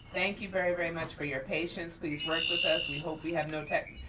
thank you very very much for your patience. please work with us. we hope we have no